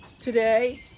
today